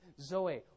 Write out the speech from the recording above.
Zoe